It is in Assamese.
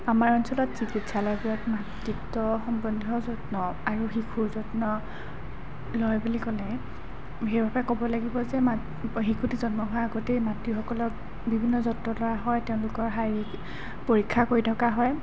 আমাৰ অঞ্চলত চিকিৎসালয়বোৰত মাতৃত্ব সম্বন্ধীয় যত্ন আৰু শিশুৰ যত্ন লয় বুলি ক'লে বিশেষভাৱে ক'ব লাগিব যে মাত শিশুটি জন্ম হোৱাৰ আগতেই মাতৃসকলক বিভিন্ন যত্ন লোৱা হয় তেওঁলোকৰ শাৰীৰিক পৰীক্ষা কৰি থকা হয়